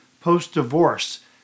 post-divorce